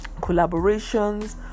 collaborations